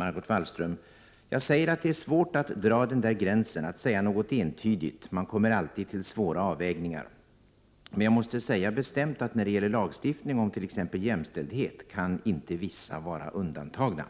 MW: Jag säger att det är svårt att dra den här gränsen, att säga något entydigt, man kommer alltid till svåra avvägningar. Men jag måste säga bestämt, att när det gäller lagstiftning om t.ex. jämställdhet kan inte vissa vara undantagna.”